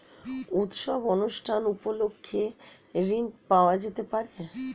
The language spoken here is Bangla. উৎসব অনুষ্ঠান উপলক্ষে ঋণ পাওয়া যেতে পারে?